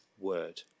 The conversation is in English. word